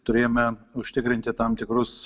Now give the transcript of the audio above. turėjome užtikrinti tam tikrus